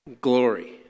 glory